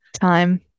time